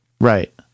Right